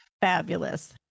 Fabulous